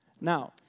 Now